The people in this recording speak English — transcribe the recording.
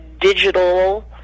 digital